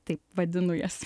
taip vadinu jas